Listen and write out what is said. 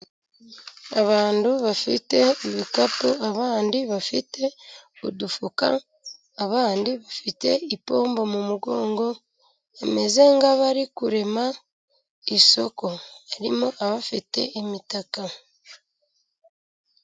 Abantu bafite ibikapu, abandi bafite udufuka, abandi bafite ipombo mu mugongo, bameze nk'abari kurema isoko, harimo abafite imitaka.